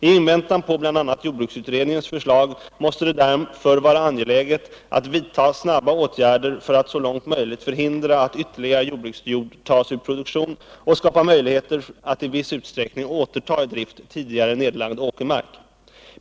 I väntan på bl.a. jordbruksutredningens förslag måste det därför vara angeläget att vidta snabba åtgärder för att så långt möjligt förhindra att ytterligare jordbruksjord tas ur produktion och skapa möjligheter att i viss utsträckning återta i drift tidigare nedlagd åkermark.